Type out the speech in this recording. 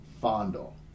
fondle